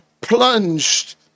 plunged